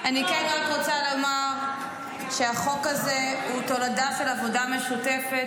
אני כן רוצה לומר שהחוק הזה הוא תולדה של עבודה משותפת,